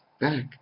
back